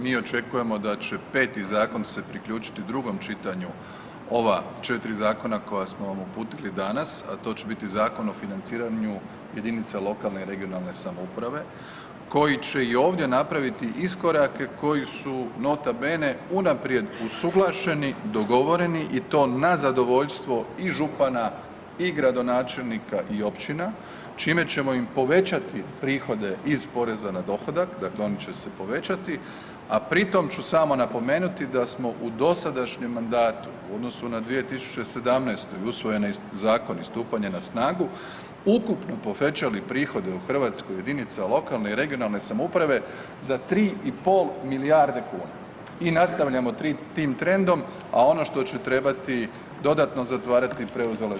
Mi očekujemo da će 5. zakon se priključiti drugom čitanju ova 4 zakona koja smo vam uputili danas, a to će biti Zakon o financiranju jedinica lokalne i regionalne samouprave koji će i ovdje napraviti iskorake koji su nota bene unaprijed usuglašeni, dogovoreni i to na zadovoljstvo i župana i gradonačelnika i općina čime ćemo im povećati prihode iz poreza na dohodak, dakle oni će se povećati, a pri tom ću samo napomenuti da smo u dosadašnjem mandatu u odnosu na 2017. i usvojeni zakoni i stupanje na snagu ukupno povećali prihode u Hrvatskoj jedinica lokalne i regionalne samouprave za 3,5 milijarde kuna i nastavljamo tim trendom, a ono što će trebati dodatno zatvarati preuzela je država na sebe.